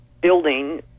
building